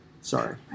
Sorry